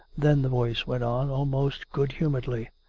then the voice went on, almost good-humouredly.